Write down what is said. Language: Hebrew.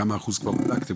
כמה אחוז כבר בדקתם?